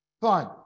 Fine